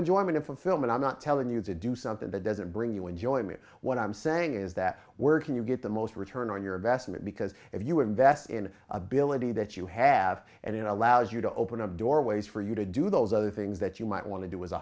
enjoyment of fulfillment i'm not telling you to do something that doesn't bring you into i mean what i'm saying is that where can you get the most return on your investment because if you invest in ability that you have and it allows you to open a door ways for you to do those other things that you might want to do as a